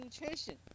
nutrition